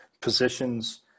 positions